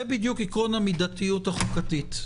זה בדיוק עקרון המדתיות החוקתית,